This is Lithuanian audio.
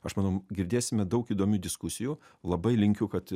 aš manau girdėsime daug įdomių diskusijų labai linkiu kad